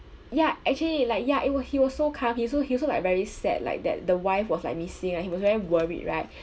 ya actually like ya it wa~ he was so calm he also he also like very sad like that the wife was like missing right he was very worried right